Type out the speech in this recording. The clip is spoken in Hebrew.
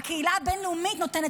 הקהילה הבין-לאומית נותנת,